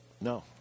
No